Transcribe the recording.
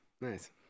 Nice